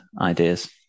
ideas